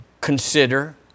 consider